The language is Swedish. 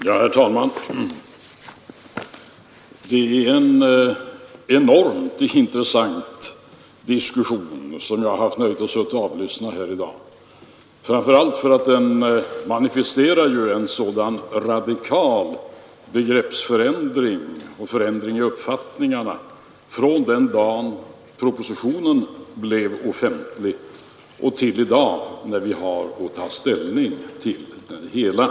Herr talman! Jag har haft nöjet att sitta och lyssna till en enormt intressant diskussion här i dag, framför allt därför att den manifesterar en radikal begreppsförändring och förändring i uppfattningarna från den dag propositionen blev offentlig till i dag, när vi har att ta ställning till förslaget.